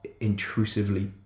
intrusively